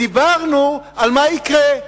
דיברנו על מה יקרה.